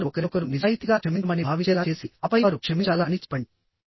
ఆపై వారు ఒకరినొకరు నిజాయితీగా క్షమించమని భావించేలా చేసి ఆపై వారు క్షమించాలా అని చెప్పండి